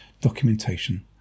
documentation